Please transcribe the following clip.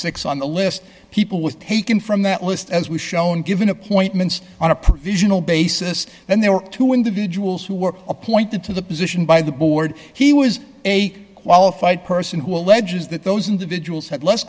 six on the list people was taken from that list as was shown given appointments on a provisional basis then there were two individuals who were appointed to the position by the board he was a qualified person who alleges that those individuals had less